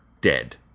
dead